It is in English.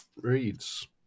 reads